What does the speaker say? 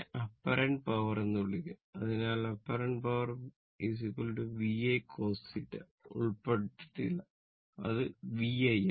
അതിനാൽ apparent power V I cos θ ഉൾപ്പെട്ടിട്ടില്ല അത് V I യാണ്